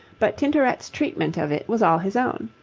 but tintoret's treatment of it was all his own.